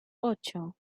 ocho